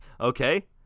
Okay